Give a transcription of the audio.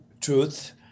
truth